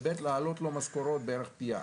ב' להעלות לו משכורות בערך פי ארבע.